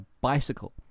bicycle